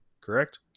Correct